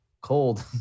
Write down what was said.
cold